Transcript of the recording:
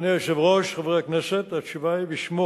אדוני היושב-ראש, חברי הכנסת, התשובה היא בשמו